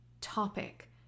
topic